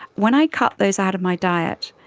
when i cut those out of my diet,